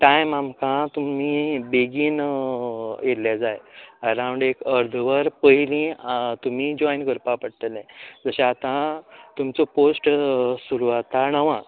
time आमकां तुमी बेगीन येयल्ले जाय अराउन्ड एक अर्देवर पयली तुमी जोयन करपा पडटलें जशे तुमचो पोस्ट सुरू आतां णवाक